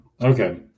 Okay